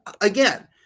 again